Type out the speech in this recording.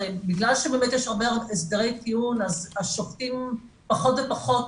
בגלל שבאמת יש הרבה הסדרי טיעון השופטים פחות ופחות